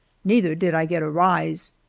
neither did i get a rise,